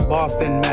Boston